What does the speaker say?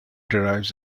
derives